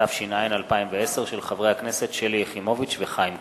התש"ע 2010, של חברי הכנסת שלי יחימוביץ וחיים כץ.